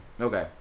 Okay